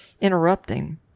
interrupting